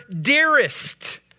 dearest